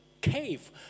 cave